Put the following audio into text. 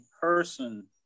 person